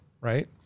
right